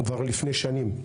כבר לפני שנים.